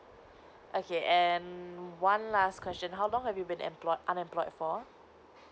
okay and one last question how long have you been employed unemployed for